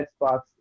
Xbox